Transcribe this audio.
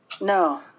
No